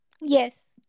yes